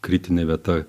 kritinė vieta